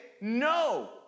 no